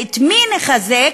ואת מי נחזק,